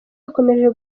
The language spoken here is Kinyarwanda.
akomeje